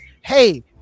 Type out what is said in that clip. hey